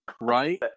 right